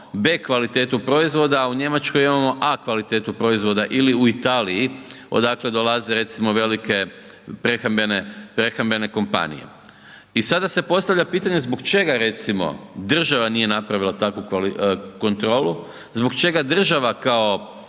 B kvalitetu proizvoda, a u Njemačkoj imamo A kvalitetu proizvoda ili u Italiji odakle dolaze recimo velike prehrambene, prehrambene kompanije. I sada se postavlja pitanje zbog čega recimo država nije napravila takvu kontrolu, zbog čega država kao